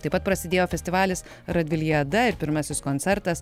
taip pat prasidėjo festivalis radviliada ir pirmasis koncertas